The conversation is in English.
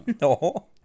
No